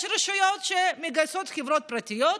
יש רשויות שמגייסות חברות פרטיות,